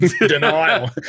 Denial